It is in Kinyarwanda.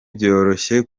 byoroshye